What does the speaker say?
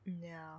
No